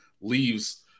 leaves